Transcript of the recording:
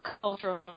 cultural